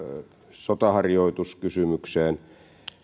sotaharjoituskysymykseen